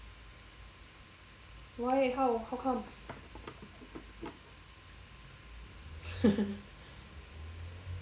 why how how come